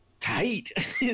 tight